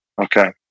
Okay